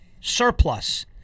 surplus